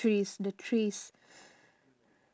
trees the trees